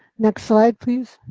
next slide please.